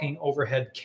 overhead